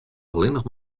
allinnich